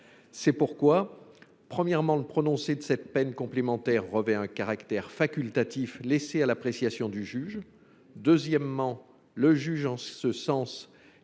C’est pourquoi, premièrement, le prononcé de cette peine complémentaire revêt un caractère facultatif laissé à l’appréciation du juge ; deuxièmement, le juge doit être